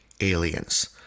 aliens